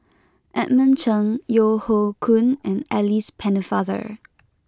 Edmund Cheng Yeo Hoe Koon and Alice Pennefather